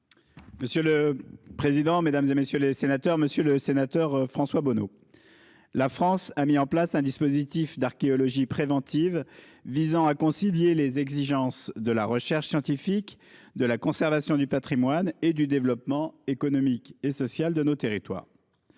La parole est à M. le ministre délégué. Monsieur le sénateur François Bonneau, la France a mis en place un dispositif d'archéologie préventive visant à concilier les exigences de la recherche scientifique, de la conservation du patrimoine et du développement économique et social de nos territoires.